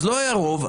אז לא היה רוב,